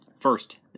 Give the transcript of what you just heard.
First